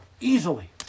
easily